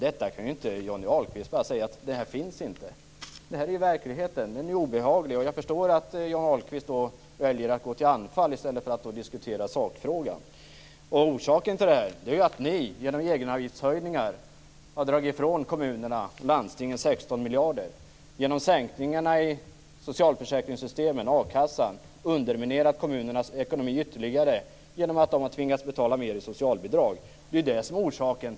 Detta kan inte Johnny Ahlqvist bara säga att det inte finns. Det här är verkligheten. Den är obehaglig. Och jag förstår att Johnny Ahlqvist då väljer att gå till anfall i stället för att diskutera sakfrågan. Orsaken till det här är ju att ni genom egenavgiftshöjningar har dragit bort 16 miljarder från kommunerna och landstingen. Genom sänkningarna i socialförsäkringssystemen och a-kassan har ni underminerat kommunernas ekonomi ytterligare genom att dessa har tvingats betala mer i socialbidrag. Det är det som är orsaken.